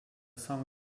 song